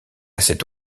cette